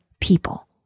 people